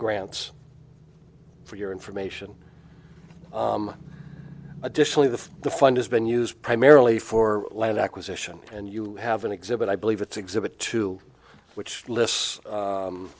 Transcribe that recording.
grants for your information additionally the the fund has been used primarily for land acquisition and you have an exhibit i believe it's exhibit two which lists